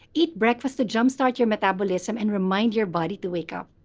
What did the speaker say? eat breakfast to jumpstart your metabolism and remind your body to wake up.